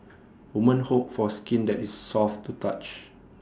women hope for skin that is soft to touch